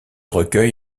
recueil